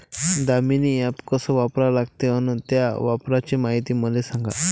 Damini app कस वापरा लागते? अन त्याच्या वापराची मायती मले सांगा